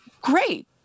great